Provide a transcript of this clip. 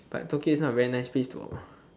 but Tokyo is not a very nice place to work